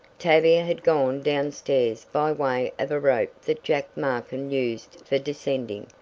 tavia had gone downstairs by way of a rope that jack markin used for descending.